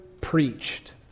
preached